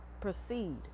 proceed